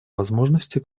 возможности